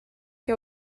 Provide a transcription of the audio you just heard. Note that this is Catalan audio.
que